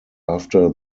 after